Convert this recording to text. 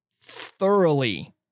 thoroughly